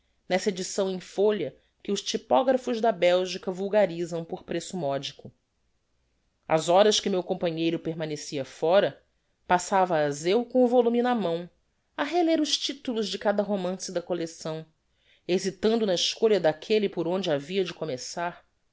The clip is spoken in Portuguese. nessa edicção em folha que os typographos da belgica vulgarisam por preço modico as horas que meu companheiro permanecia fóra passava as eu com o volume na mão á reler os titulos de cada romance da collecção hesitando na escolha daquelle por onde havia de começar